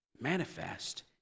manifest